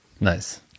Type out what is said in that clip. Nice